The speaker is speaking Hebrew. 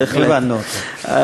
הבנו אותך.